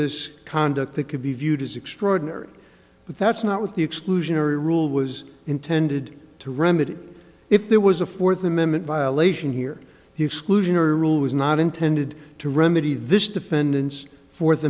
this conduct that could be viewed as extraordinary but that's not what the exclusionary rule was intended to remedy if there was a fourth amendment violation here he exclusionary rule was not intended to remedy this defendant's fourth